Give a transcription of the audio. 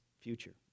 future